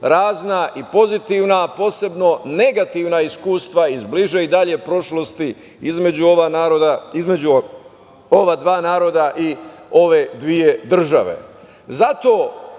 razna i pozitivna, posebno negativna iskustva iz bliže i dalje prošlosti između ova dva naroda i ove dve države, zato